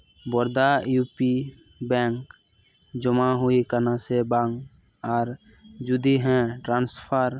ᱵᱚᱨᱫᱟ U P bank ᱡᱚᱢᱟ ᱦᱩᱭᱟᱠᱟᱱᱟ ᱥᱮ ᱵᱟᱝ ᱟᱨ ᱡᱩᱫᱤ ᱦᱮᱸ ᱴᱨᱟᱱᱥᱯᱷᱟᱨ